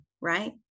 right